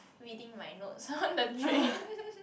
reading my notes on the train